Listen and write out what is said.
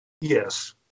Yes